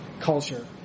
culture